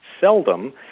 seldom